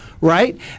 right